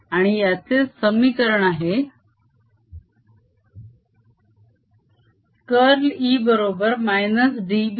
आणि याचे समीकरण आहे कर्ल E बरोबर -dBdt